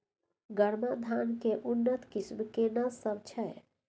गरमा धान के उन्नत किस्म केना सब छै?